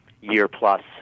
year-plus